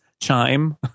Chime